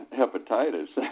hepatitis